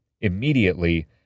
immediately